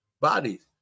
Bodies